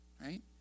right